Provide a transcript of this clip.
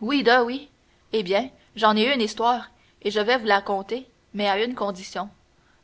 oui-da oui eh ben j'en ai une histoire et je vas vous la conter mais à une condition